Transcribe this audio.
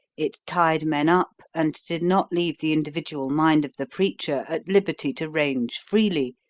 it tied men up, and did not leave the individual mind of the preacher at liberty to range freely,